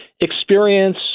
experience